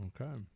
Okay